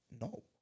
No